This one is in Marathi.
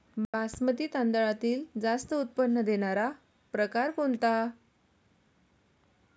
बासमती तांदळातील जास्त उत्पन्न देणारा प्रकार कोणता?